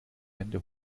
wände